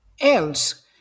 else